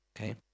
Okay